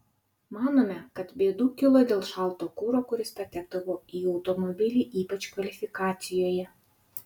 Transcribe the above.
manome kad bėdų kilo dėl šalto kuro kuris patekdavo į automobilį ypač kvalifikacijoje